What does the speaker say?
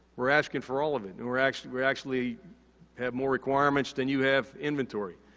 we're asking for all of it. and we're actually we're actually have more requirements than you have inventory.